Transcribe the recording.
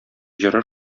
җыры